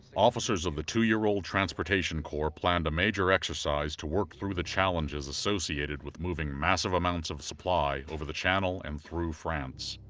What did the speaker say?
officers of the two-year old transportation corps planned a major exercise to work through the challenges associated with moving massive amounts of supply over the channel and through france.